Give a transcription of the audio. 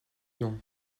nom